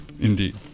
Indeed